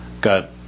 got